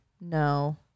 No